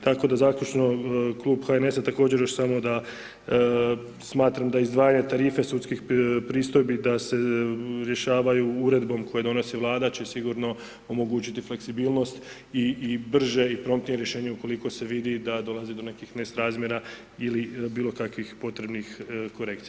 Tako da zaključno, klub HNS-a također još samo da, smatram da izdvajanje tarife sudskih pristojbi da se rješavaju Uredbom koje donosi Vlada će sigurno omogućiti fleksibilnost i brže i promptnije rješenje ukoliko se vidi da dolazi do nekih nesrazmjera ili bilo kakvih potrebnih korekcija.